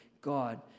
God